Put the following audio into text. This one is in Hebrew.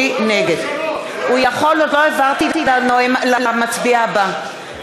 הוא יכול, עוד לא עברתי למצביע הבא.